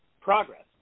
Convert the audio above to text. progress